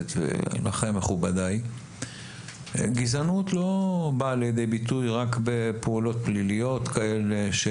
הכנסת ולכם מכובדיי שגזענות לא באה לידי ביטוי רק בפעולות פליליות כאלה.